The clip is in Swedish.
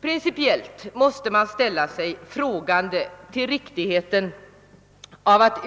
Principiellt måste man ställa sig frågande till riktigheten av att